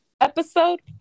Episode